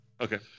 Okay